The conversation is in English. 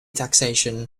taxation